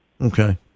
okay